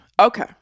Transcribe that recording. Okay